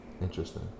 Interesting